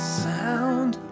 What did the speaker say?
sound